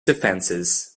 defenses